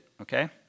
okay